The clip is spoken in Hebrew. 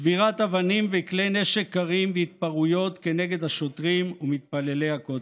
צבירת אבנים וכלי נשק קרים בהתפרעויות כנגד השוטרים ומתפללי הכותל.